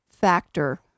factor